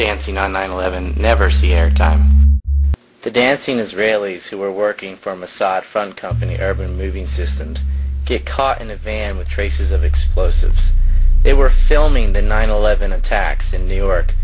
dancing on nine eleven never see or talk to dancing israelis who were working from a side front company urban moving systems get caught in a van with traces of explosives they were filming the nine eleven attacks in new york